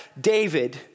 David